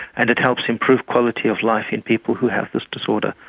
and it helps improve quality of life in people who have this disorder.